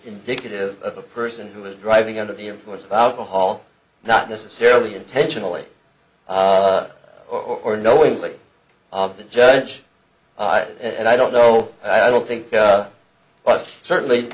indicative of a person who is driving under the influence of alcohol not necessarily intentionally or knowingly of the judge and i don't know i don't think but certainly